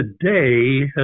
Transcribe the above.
today